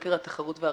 לחקר התחרות והרגולציה,